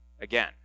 again